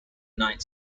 night